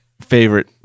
favorite